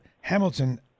Hamilton